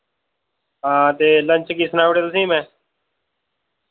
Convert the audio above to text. हां ते लंच गी सनाउड़ेआ तुसें ई में